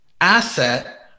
asset